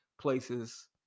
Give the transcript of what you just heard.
places